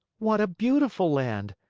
what a beautiful land!